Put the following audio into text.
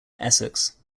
essex